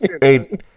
Hey